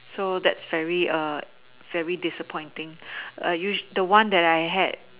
so that's very very disappointing the one that I had